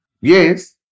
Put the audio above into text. Yes